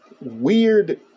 weird